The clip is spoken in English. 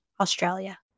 Australia